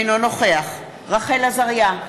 אינו נוכח רחל עזריה,